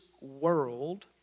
world